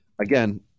again